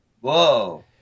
whoa